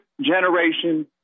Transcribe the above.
generation